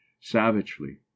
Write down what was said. savagely